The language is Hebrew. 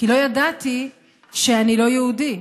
כי לא ידעתי שאני לא יהודי,